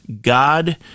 God